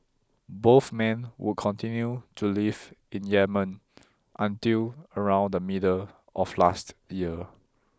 both men would continue to live in Yemen until around the middle of last year